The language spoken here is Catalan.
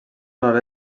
nord